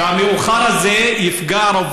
אתה קורא להשמדת מדינת ישראל.